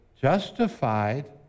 justified